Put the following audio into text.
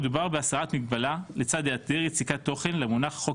מדובר בהסרת מגבלה לצד היעדר יציקת תוכן למונח חוק